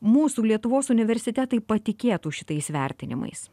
mūsų lietuvos universitetai patikėtų šitais vertinimais